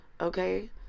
okay